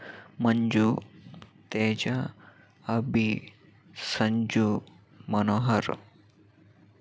Manju Teja Abhi Sanju Manohar